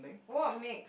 what make